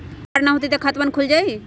अगर आधार न होई त खातवन खुल जाई?